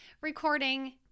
recording